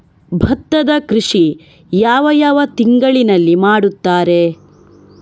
ಭತ್ತದ ಕೃಷಿ ಯಾವ ಯಾವ ತಿಂಗಳಿನಲ್ಲಿ ಮಾಡುತ್ತಾರೆ?